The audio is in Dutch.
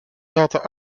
zaten